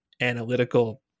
analytical